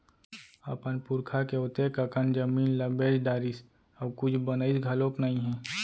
अपन पुरखा के ओतेक अकन जमीन ल बेच डारिस अउ कुछ बनइस घलोक नइ हे